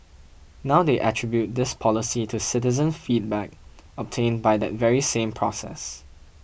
now they attribute this policy to citizen feedback obtained by that very same process